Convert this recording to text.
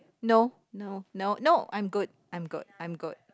no no no no I'm good I'm good I'm good